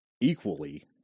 Equally